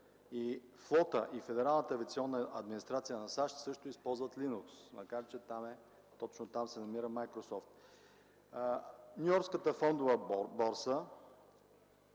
флотът и Федералната авиационна администрация на САЩ също използват Linux, макар че точно там се намира „Майкрософт”; Нюйоркската фондова борса,